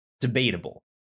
debatable